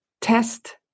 Test